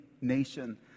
nation